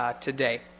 today